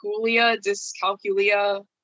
dyscalculia